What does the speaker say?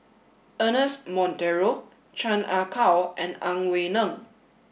Ernest Monteiro Chan Ah Kow and Ang Wei Neng